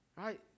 right